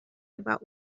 about